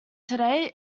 today